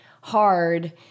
hard